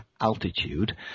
altitude